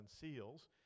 seals